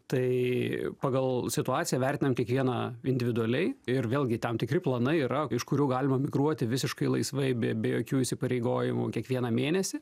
tai pagal situaciją vertinam kiekvieną individualiai ir vėlgi tam tikri planai yra iš kurių galima migruoti visiškai laisvai be be jokių įsipareigojimų kiekvieną mėnesį